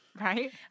Right